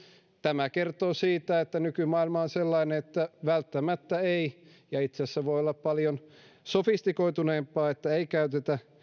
tämä kertoo siitä että nykymaailma on sellainen että välttämättä ei ja itse asiassa se voi olla paljon sofistikoituneempaa käytetä